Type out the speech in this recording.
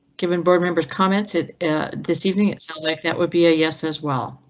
given board members comments it this evening, it sounds like that would be a yes as well.